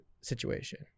situation